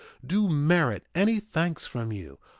do merit any thanks from you,